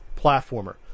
platformer